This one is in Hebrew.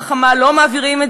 זה